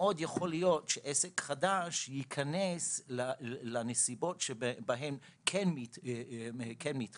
מאוד יכול להיות שעסק חדש ייכנס לנסיבות בהן כן מתחשבים